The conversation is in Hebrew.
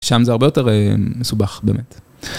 שם זה הרבה יותר מסובך באמת.